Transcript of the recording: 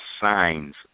signs